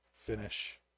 Finish